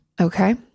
Okay